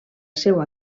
seua